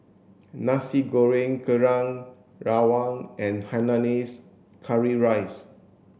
nasi goreng kerang rawon and hainanese curry rice